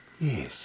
Yes